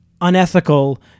unethical